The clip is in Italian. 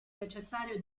necessario